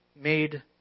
made